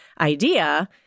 idea